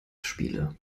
spiele